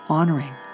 Honoring